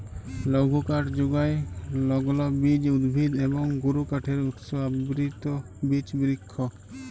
লঘুকাঠ যুগায় লগ্লবীজ উদ্ভিদ এবং গুরুকাঠের উৎস আবৃত বিচ বিরিক্ষ